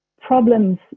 problems